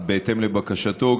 בהתאם לבקשתו,